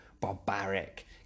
barbaric